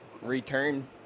return